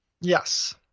Yes